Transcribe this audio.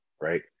right